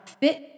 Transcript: fit